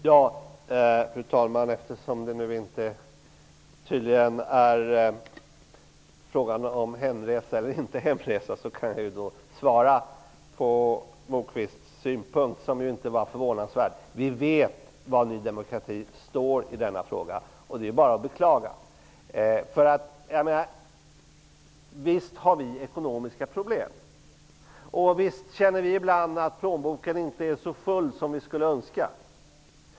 Fru talman! Eftersom det tydligen inte är fråga om hemresa eller inte hemresa kan jag besvara Moquists synpunkt, som ju inte är förvånansvärd. Vi vet var Ny demokrati står i denna fråga, och det är bara att beklaga. Visst har vi ekonomiska problem, och visst känner vi ibland att plånboken inte är så full som vi skulle önska.